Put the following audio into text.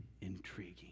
intriguing